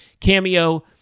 Cameo